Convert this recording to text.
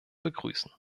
begrüßen